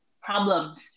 problems